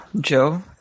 joe